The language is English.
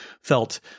felt